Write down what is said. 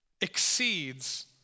exceeds